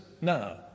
now